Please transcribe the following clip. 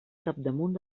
capdamunt